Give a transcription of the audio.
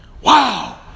Wow